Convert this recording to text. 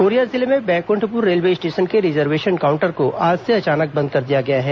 Korea जिले में Baikunthpur railway station के रिजर्वेशन काउंटर को आज से अचानक बंद कर दिया गया है